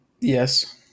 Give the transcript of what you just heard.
Yes